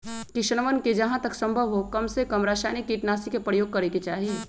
किसनवन के जहां तक संभव हो कमसेकम रसायनिक कीटनाशी के प्रयोग करे के चाहि